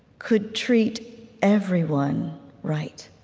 could treat everyone right.